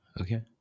Okay